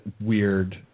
weird